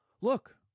Look